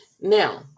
Now